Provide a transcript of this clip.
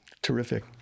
Terrific